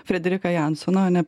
frederiką jansoną o ne